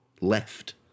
left